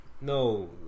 no